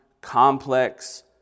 complex